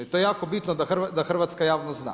I to je jako bitno da hrvatska javnost zna.